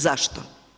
Zašto?